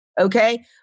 okay